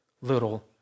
little